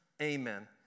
Amen